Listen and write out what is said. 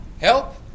Help